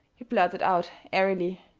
he blurted out airily,